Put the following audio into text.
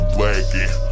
lagging